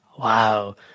Wow